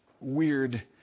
weird